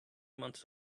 months